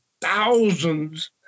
thousands